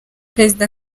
perezida